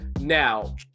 now